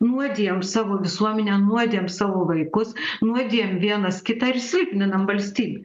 nuodijam savo visuomenę nuodijam savo vaikus nuodijam vienas kitą ir silpninam valstybę